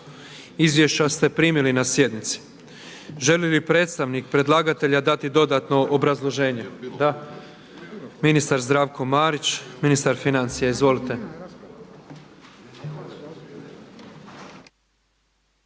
Izvješća ste primili na sjednici. Želi li predstavnik predlagatelja dati dodatno obrazloženje? Da. Ministar Zdravko Marić, ministar financija. Izvolite.